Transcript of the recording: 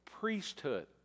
priesthood